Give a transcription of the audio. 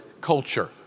culture